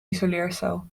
isoleercel